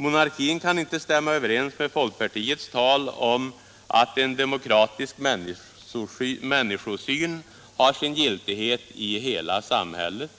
Monarkin kan inte stämma överens med folkpartiets tal om att ”en demokratisk människosyn har sin giltighet i hela samhället”